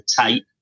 tape